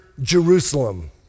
Jerusalem